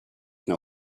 know